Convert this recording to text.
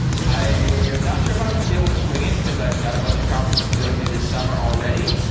i am not sure if i'm going to be able to swing it, because i've got a bunch of conferences to go to this summer already.